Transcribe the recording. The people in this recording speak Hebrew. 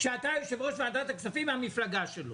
כשאתה יושב-ראש ועדת הכספים מהמפלגה שלו.